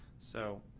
so,